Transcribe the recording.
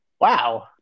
Wow